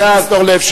חבר הכנסת אורלב,